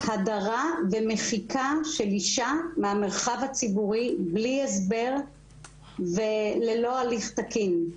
הדרה ומחיקה של אישה מהמרחב הציבורי בלי הסבר וללא הליך תקין.